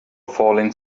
falling